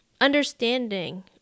understanding